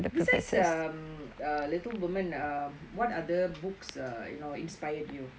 besides um uh little women err what other books err you know inspired you